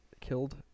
killed